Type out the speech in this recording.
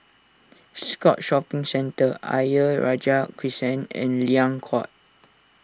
Scotts Shopping Centre Ayer Rajah Crescent and Liang Court